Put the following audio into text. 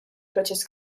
proċess